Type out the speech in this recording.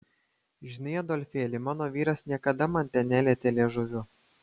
žinai adolfėli mano vyras niekada man ten nelietė liežuviu